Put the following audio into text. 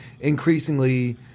increasingly –